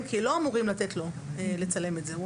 אני